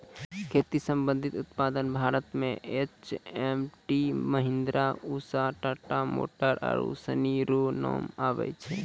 खेती संबंधी उप्तादन करता मे एच.एम.टी, महीन्द्रा, उसा, टाटा मोटर आरु सनी रो नाम आबै छै